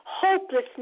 Hopelessness